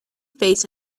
face